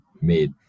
made